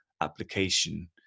application